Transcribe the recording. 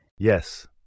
Yes